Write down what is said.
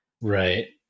Right